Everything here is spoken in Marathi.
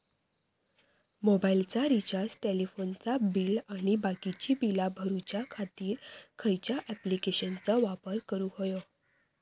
मोबाईलाचा रिचार्ज टेलिफोनाचा बिल आणि बाकीची बिला भरूच्या खातीर खयच्या ॲप्लिकेशनाचो वापर करूक होयो?